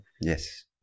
Yes